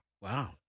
Wow